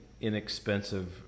inexpensive